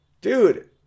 Dude